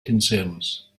concerns